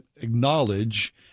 acknowledge